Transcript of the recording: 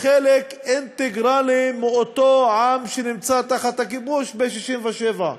חלק אינטגרלי של אותו עם שנמצא תחת הכיבוש מ-67'.